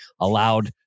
allowed